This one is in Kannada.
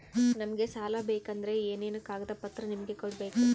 ನಮಗೆ ಸಾಲ ಬೇಕಂದ್ರೆ ಏನೇನು ಕಾಗದ ಪತ್ರ ನಿಮಗೆ ಕೊಡ್ಬೇಕು?